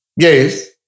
Yes